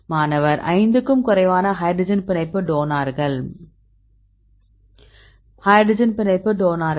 மாணவர் 5 க்கும் குறைவான ஹைட்ரஜன் பிணைப்பு டோனார்கள் ஹைட்ரஜன் பிணைப்பு டோனார்கள்